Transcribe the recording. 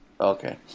okay